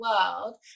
world